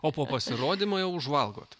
o po pasirodymo jau užvalgot